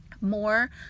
more